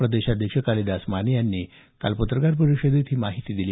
प्रदेशाध्यक्ष कालिदास माने यांनी काल वार्ताहर परिषदेत ही माहिती दिली